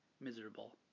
miserable